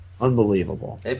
unbelievable